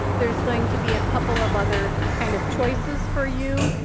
there's going to be a couple of other kind of choices for you.